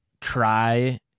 try